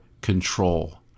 control